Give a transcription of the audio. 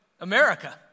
America